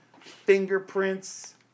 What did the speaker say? fingerprints